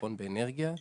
חיסכון באנרגיה.